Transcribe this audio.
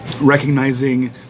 recognizing